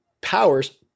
powers